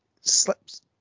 slips